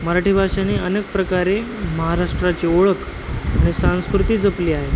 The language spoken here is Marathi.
मराठी भाषेने अनेक प्रकारे महाराष्ट्राची ओळख आणि संस्कृती जपली आहे